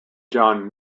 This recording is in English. john